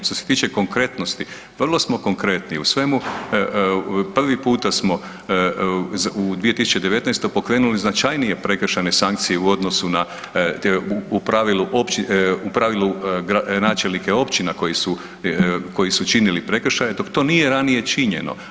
Što se tiče konkretnosti, vrlo smo konkretni u svemu, prvi puta smo u 2019. pokrenuli značajnije prekršajne sankcije u odnosu na, u pravilu, u pravilu, načelnike općine koji su, koji su činili prekršaje dok to nije ranije činjeno.